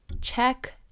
check